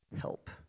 Help